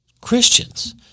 Christians